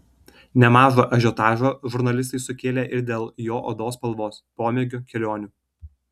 nemažą ažiotažą žurnalistai sukėlė ir dėl jo odos spalvos pomėgių kelionių